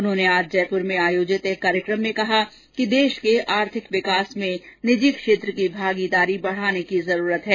उन्होंने आज जयप्र में आयोजित एक कार्यक्रम में कहा कि देश के आर्थिक विकास में निजी क्षेत्र की भागीदारी बढ़ाने की जरूरत है